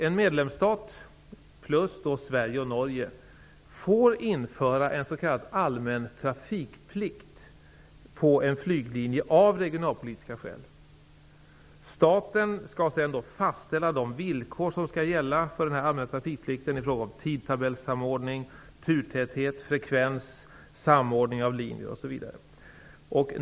En medlemstat, plus Sverige och Norge, får införa en s.k. allmän trafikplikt på en flyglinje av regionalpolitiska skäl. Staten skall sedan fastställa de villkor som skall gälla för den allmänna trafikplikten i fråga om tidtabellssamordning, turtäthet, frekvens, samordning av linjer osv.